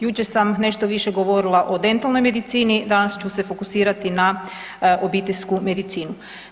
Jučer sam nešto više govorila o dentalnoj medicini, danas ću se fokusirati na obiteljsku medicinu.